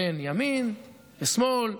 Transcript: בין ימין ושמאל,